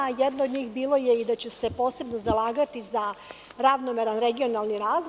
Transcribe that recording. Jedno od njih bilo je i da će se posebno zalagati za ravnomeran regionalan razvoj.